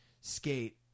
skate